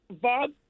Bob